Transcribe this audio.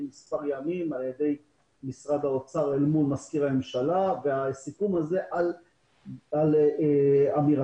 מספר ימים על-ידי משרד האוצר מול מזכיר הממשלה שלפי אמירתם,